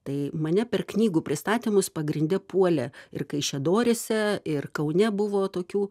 tai mane per knygų pristatymus pagrinde puolė ir kaišiadoryse ir kaune buvo tokių